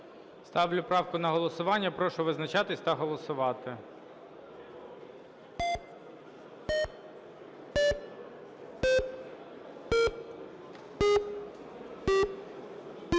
Ставлю її на голосування. Прошу визначатись та голосувати.